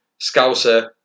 scouser